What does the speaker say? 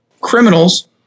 criminals